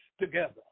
together